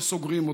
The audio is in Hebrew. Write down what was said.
וסוגרים אותה.